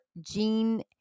gene